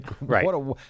right